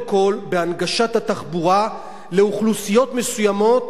כול בהנגשת התחבורה לאוכלוסיות מסוימות,